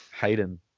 Hayden